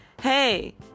Hey